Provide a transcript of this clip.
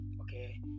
okay